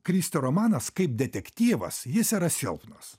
kristi romanas kaip detektyvas jis yra silpnas